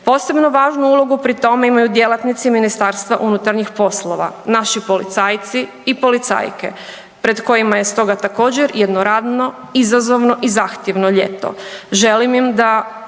Posebnu važnu ulogu pri tom imaju djelatnici MUP-a, naši policajci i policajke pred kojima je stoga jedno radno, izazovno i zahtjevno ljeto.